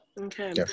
okay